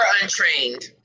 untrained